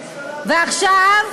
ועכשיו,